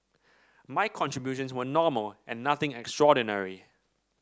my contributions were normal and nothing extraordinary